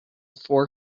four